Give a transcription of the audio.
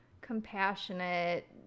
compassionate